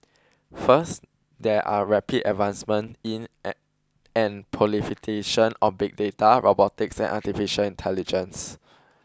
first there are rapid advancements in at and of big data robotics and artificial intelligence